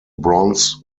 bronze